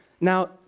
Now